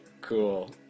Cool